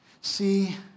See